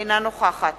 אינה נוכחת